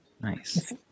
nice